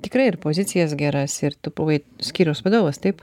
tikrai ir pozicijas geras ir tu buvai skyriaus vadovas taip